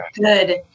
good